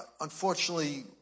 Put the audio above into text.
unfortunately